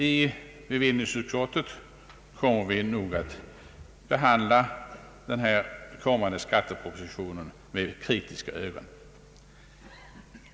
I bevillningsutskottet kommer vi nog att behandla den kommande skattepropositionen med kritiska ögon.